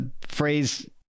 phrase